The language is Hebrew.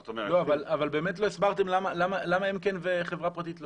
לא, אבל באמת לא הסברתם למה הם כן וחברה פרטית לא.